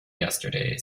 yesterday